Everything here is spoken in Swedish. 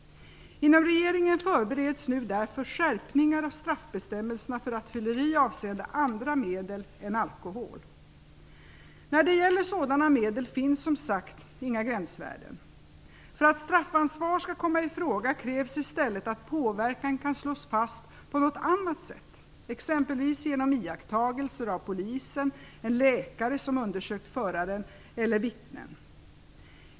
Inom regeringen förbereds nu därför skärpningar av straffbestämmelserna för rattfylleri avseende andra medel än alkohol. När det gäller sådana medel finns som sagt inga gränsvärden. För att straffansvar skall komma i fråga krävs i stället att påverkan kan slås fast på något annat sätt, exempelvis genom iakttagelser av polisen, en läkare som undersökt föraren eller vittnen.